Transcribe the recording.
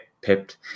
pipped